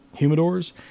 humidors